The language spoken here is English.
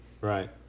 Right